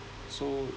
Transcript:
so